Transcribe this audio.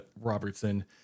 Robertson